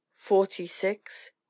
Forty-six